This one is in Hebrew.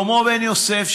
שלמה בן יוסף,